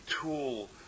tool